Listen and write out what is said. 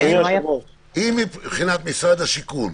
משרד השיכון,